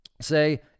say